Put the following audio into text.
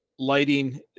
Lighting